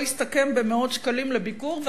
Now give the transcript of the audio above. לא יסתכם במאות שקלים לביקור,